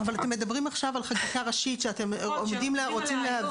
אבל אתם מדברים על חקיקה ראשית שאתם רוצים להביא.